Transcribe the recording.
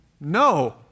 no